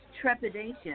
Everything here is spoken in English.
trepidation